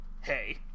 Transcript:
Hey